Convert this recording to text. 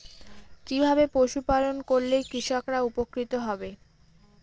কিভাবে পশু পালন করলেই কৃষকরা উপকৃত হবে?